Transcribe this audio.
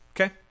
Okay